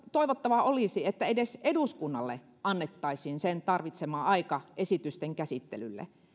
toivottavaa olisi että edes eduskunnalle annettaisiin sen tarvitsema aika esitysten käsittelylle